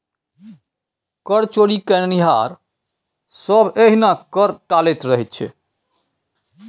कर चोरी करनिहार सभ एहिना कर टालैत रहैत छै